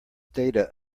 data